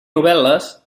novel·les